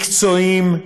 מקצועיים,